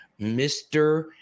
Mr